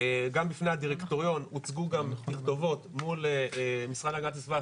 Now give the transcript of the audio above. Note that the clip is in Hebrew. גם בפני הדירקטוריון הוצגו גם תכתובות מול משרד להגנת הסביבה,